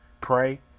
Pray